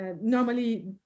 normally